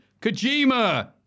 Kojima